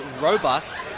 robust